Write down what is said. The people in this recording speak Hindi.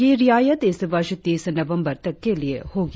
यह रियायत इस वर्ष तीस नवंबर तक के लिए होगी